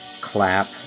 clap